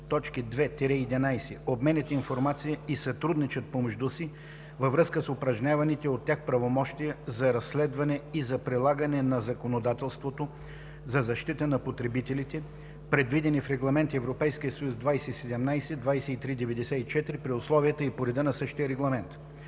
т. 2 – 11 обменят информация и сътрудничат помежду си във връзка с упражняваните от тях правомощия за разследване и за прилагане на законодателството за защита на потребителите, предвидени в Регламент (ЕС) 2017/2394, при условията и по реда на същия регламент.